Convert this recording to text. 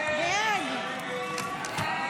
50 בעד, 58 נגד, שלושה